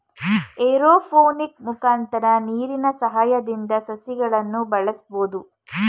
aeroponic ಮುಖಾಂತರ ನೀರಿನ ಸಹಾಯದಿಂದ ಸಸಿಗಳನ್ನು ಬೆಳಸ್ಬೋದು